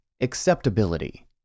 Acceptability